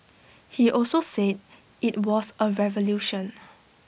he also said IT was A revolution